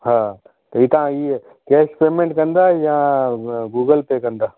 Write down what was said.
हा हीअ तव्हां हीअ कैश पेमेंट कंदा या अ गूगल पे कंदा